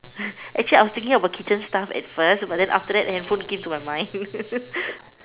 actually I was thinking about kitchen stuff at first but after that handphone came into my mind